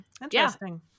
interesting